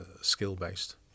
skill-based